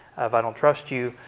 if i don't trust you,